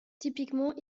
typiquement